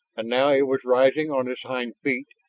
and now it was rising on its hind feet,